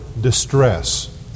distress